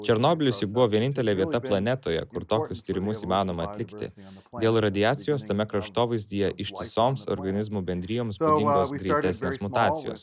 černobylis juk buvo vienintelė vieta planetoje kur tokius tyrimus įmanoma atlikti dėl radijacijos tame kraštovaizdyje ištisoms organizmų bendrijoms būdingos greitesnės mutacijos